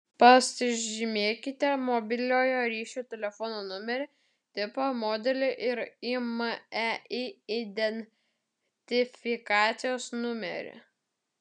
pasižymėkite mobiliojo ryšio telefono numerį tipą modelį ir imei identifikacijos numerį